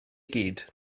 gyd